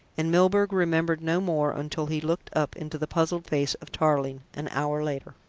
and milburgh remembered no more until he looked up into the puzzled face of tarling an hour later.